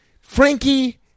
Frankie